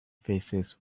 faces